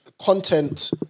content